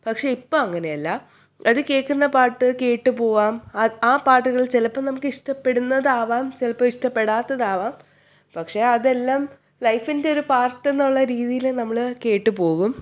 പക്ഷെ ഇപ്പോൾ അങ്ങനെയല്ല അതു കേൾക്കുന്ന പാട്ടു കേട്ടുപോകാം ആ പാട്ടുകൾ ചിലപ്പോൾ നമുക്ക് ഇഷ്ടപ്പെടുന്നതാകാം ചിലപ്പോൾ ഇഷ്ടപ്പെടാത്തതാകാം പക്ഷെ അതെല്ലാം ലൈഫിൻ്റെ ഒരു പാർട്ട് എന്നുള്ള രീതിയിൽ നമ്മൾ കേട്ടു പോകും